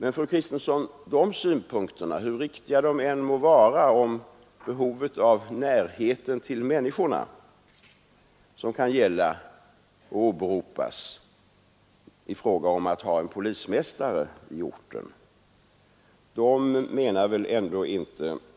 Men hur riktiga de synpunkter än må vara som framförts om behovet av närhet till människorna och som kan åberopas i fråga om nödvändigheten av att ha en polismästare i orten, menar väl